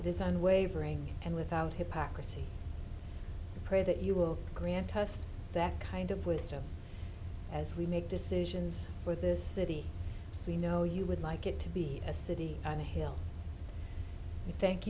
this and wavering and without hypocrisy pray that you will grant us that kind of wisdom as we make decisions for this city as we know you would like it to be a city on the hill thank